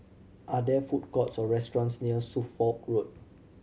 are there food courts or restaurants near Suffolk Road